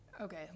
Okay